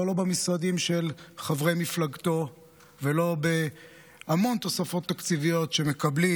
אבל לא במשרדים של חברי מפלגתו ולא בהמון תוספות תקציביות שמקבלים